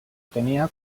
tenia